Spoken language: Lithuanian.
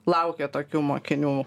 laukia tokių mokinių